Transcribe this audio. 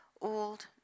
old